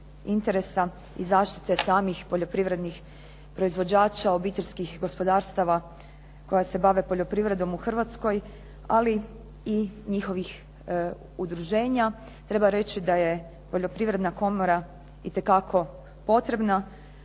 i zaštite samih poljoprivrednih proizvođača, obiteljskih gospodarstava koja se bave poljoprivredom u Hrvatskoj ali i njihovih udruženja. Treba reći da je poljoprivredna komora itekako potrebna.